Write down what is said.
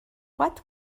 what